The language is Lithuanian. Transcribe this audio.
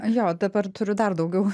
jo dabar turiu dar daugiau